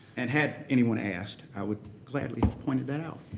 and had anyone asked, i would gladly have pointed that out.